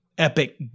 epic